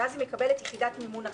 ואז מקבלת יחידת מימון אחת,